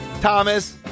Thomas